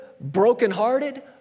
brokenhearted